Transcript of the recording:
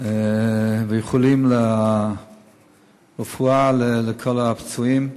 ולאיחולי רפואה שלמה לכל הפצועים.